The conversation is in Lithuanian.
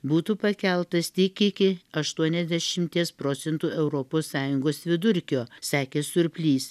būtų pakeltas tik iki aštuoniasdešimties procentų europos sąjungos vidurkio sakė surplys